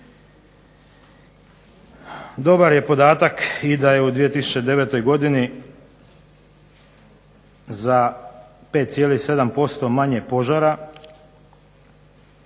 Dobar je podatak i da je u 2009. godini za 5,7% manje požara.